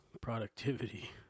productivity